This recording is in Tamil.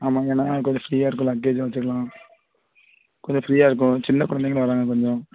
ஆமாங்கண்ணா கொஞ்சம் ஃப்ரீயாக இருக்கும் லக்கேஜும் வச்சிக்கலாம் கொஞ்சம் ஃப்ரீயாக இருக்கும் சின்னக் கொழந்தைங்களும் வராங்க கொஞ்சம்